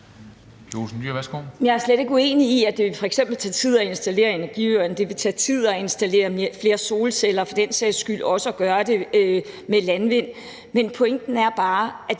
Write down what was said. Jeg er slet ikke uenig i, at det f.eks. vil tage tid at installere energiøerne, det vil tage tid at installere flere solceller og for den sags skyld også at gøre det med landvindmøller. Men pointen er bare,